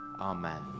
Amen